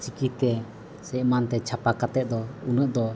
ᱪᱤᱠᱤᱛᱮ ᱥᱮ ᱮᱢᱟᱱᱛᱮ ᱪᱷᱟᱯᱟ ᱠᱟᱛᱮᱫ ᱫᱚ ᱩᱱᱟᱹᱜ ᱫᱚ